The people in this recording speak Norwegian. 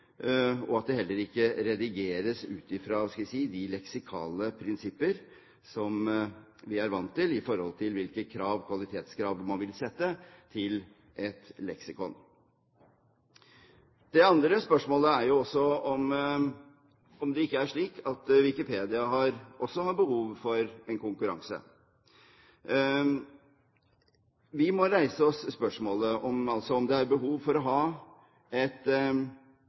ut fra de leksikale prinsipper vi er vant til i forhold til hvilke kvalitetskrav man vil sette til et leksikon. Et annet spørsmål er også om det ikke er slik at Wikipedia også har behov for konkurranse. Vi må stille oss spørsmålet om det er behov for å ha et